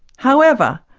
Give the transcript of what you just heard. however,